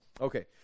Okay